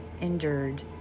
injured